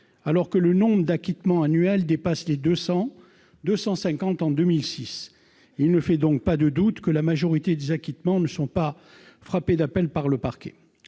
alors que le nombre d'acquittements annuel dépasse les 200- il était de 250 en 2006. Il ne fait donc pas de doute que la majorité des acquittements n'est pas frappée d'appel par le parquet.